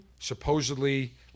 supposedly